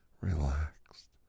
relaxed